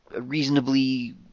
reasonably